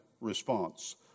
response